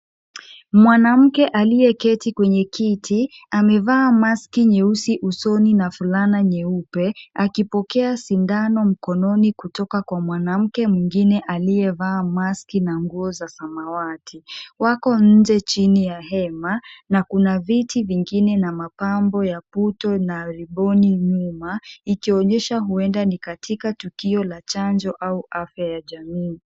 Mwanamke aliyeketi kwenye kiti amevaa maski nyeusi usoni na fulana nyeupe akipokea sindano mkononi kutoka kwa mwanamke mwingine aliyevaa maski na nguo za samawati. Wako nje chini ya hema na kuna viti vingine na mapambo ya puto na riboni nyuma ikionyesha huenda ni katika tukio la chanjo au afya ya jamii.